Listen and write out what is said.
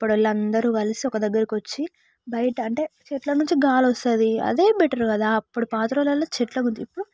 అప్పుడు వాళ్ళు అందరు కలిసి ఒక దగ్గరకు వచ్చి బయట అంటే చెట్ల నుంచి గాలి వస్తుంది అదే బెటర్ కదా అప్పుడు పాత రోజులలో చెట్లు ఉంది ఇప్పుడు